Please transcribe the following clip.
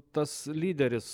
tas lyderis